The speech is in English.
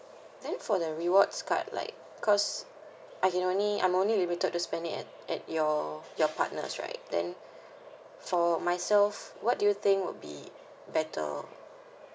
then for the rewards card like cause I can only I'm only limited to spend it at at your your partners right then for myself what do you think would be better